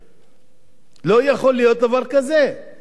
אי-אפשר להמשיך כל הזמן ולהסתכל על זה מהצד.